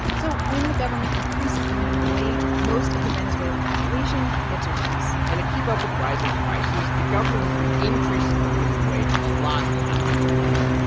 so when the government increases the minimum wage, most of the venezuelan population gets a raise and to keep up with rising prices, the government has been increasing the minimum wage a lot in the last couple of years.